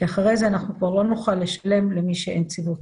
כי אחרי זה אנחנו לא נוכל לשלם למי שאין ציוות.